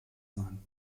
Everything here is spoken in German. sein